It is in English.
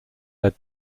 lead